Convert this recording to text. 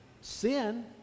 sin